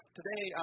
today